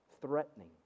threatening